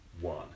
one